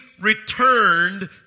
returned